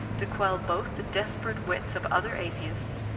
to quell both the desperate wits of other atheists,